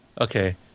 Okay